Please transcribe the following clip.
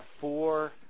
Four